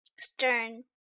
stern